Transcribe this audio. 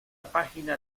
página